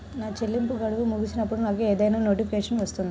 నా చెల్లింపు గడువు ముగిసినప్పుడు నాకు ఏదైనా నోటిఫికేషన్ వస్తుందా?